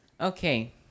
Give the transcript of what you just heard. Okay